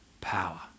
power